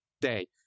day